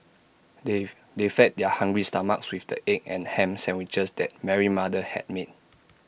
they they fed their hungry stomachs with the egg and Ham Sandwiches that Mary mother had made